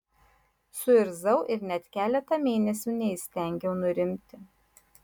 suirzau ir net keletą mėnesių neįstengiau nurimti